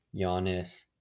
Giannis